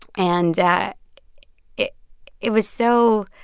and yeah it it was so